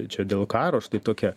čia dėl karo štai tokia